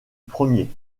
premier